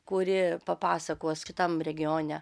kuri papasakos kitam regione